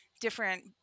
different